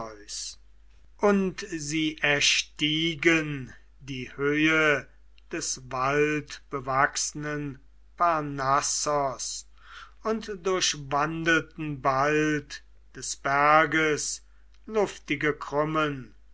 und sie erstiegen die höhe des waldbewachsnen parnassos und durchwandelten bald des berges luftige krümmen